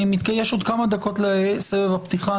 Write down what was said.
יש עוד כמה דקות לסבב הפתיחה,